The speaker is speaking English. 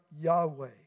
Yahweh